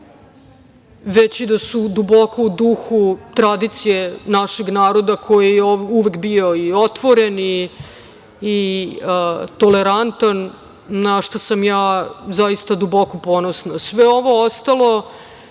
već da su duboko u duhu tradicije našeg naroda, koji je uvek bio i otvoren i tolerantan, na šta sam ja zaista duboko ponosna. Sve ovo ostalo